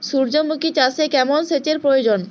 সূর্যমুখি চাষে কেমন সেচের প্রয়োজন?